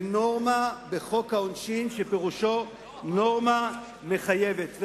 לנורמה בחוק העונשין, שפירושו נורמה מחייבת.